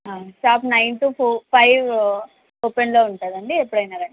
shop nine two five ఓపెన్లో ఉంటుంది అండి ఎప్పుడైనా రండి